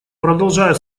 продолжая